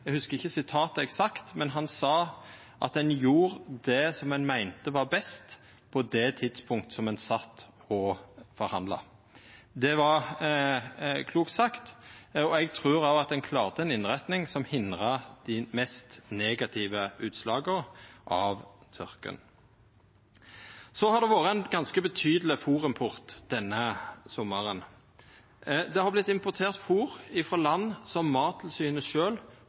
Eg hugsar ikkje sitatet eksakt, men han sa at ein gjorde det som ein meinte var best på det tidspunktet som ein sat og forhandla. Det var klokt sagt. Eg trur òg at ein klarte å få ei innretning som hindra dei mest negative utslaga av turken. Det har vore ein ganske betydeleg fôrimport denne sommaren. Det har vorte importert fôr frå land som Mattilsynet